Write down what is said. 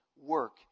work